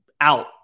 out